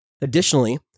Additionally